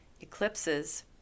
Eclipses